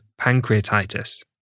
pancreatitis